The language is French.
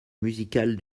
musicale